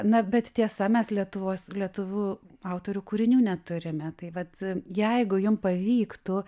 na bet tiesa mes lietuvos lietuvių autorių kūrinių neturime tai vat jeigu jum pavyktų